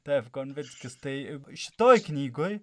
taip konvickis tai šitoj knygoj